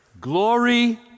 Glory